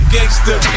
Gangster